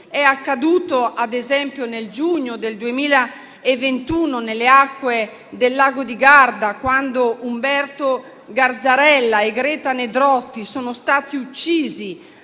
È accaduto, ad esempio, nel giugno del 2021, nelle acque del lago di Garda, quando Umberto Garzarella e Greta Nedrotti sono stati uccisi